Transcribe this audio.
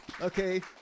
okay